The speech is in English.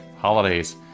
Holidays